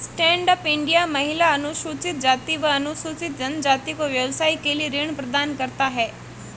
stand up India महिला, अनुसूचित जाति व अनुसूचित जनजाति को व्यवसाय के लिए ऋण प्रदान करता है